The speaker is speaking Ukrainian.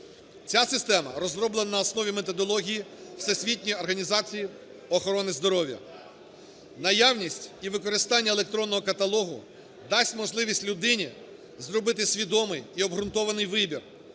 Ця система розроблена на основі методології Всесвітньої організації охорони здоров'я. наявність і використання електронного каталогу дасть можливість людині зробити свідомий і обґрунтований вибір,